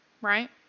right